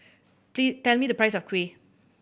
tell me the price of kuih